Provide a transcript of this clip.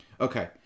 Okay